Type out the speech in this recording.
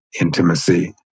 intimacy